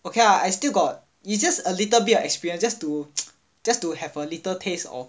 ok ah I still got is just a little bit of experience just to just to have a little taste of